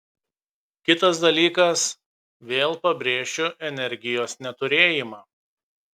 kitas dalykas vėl pabrėšiu energijos neturėjimą